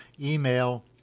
email